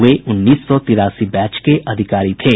वे उन्नीस सौ तिरासी बैच के अधिकारी थे